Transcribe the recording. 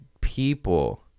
people